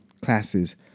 classes